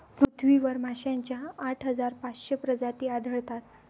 पृथ्वीवर माशांच्या आठ हजार पाचशे प्रजाती आढळतात